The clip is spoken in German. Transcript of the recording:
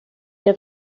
der